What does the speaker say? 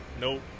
Nope